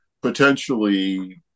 potentially